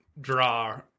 draw